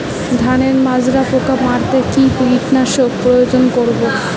ধানের মাজরা পোকা মারতে কি কীটনাশক প্রয়োগ করব?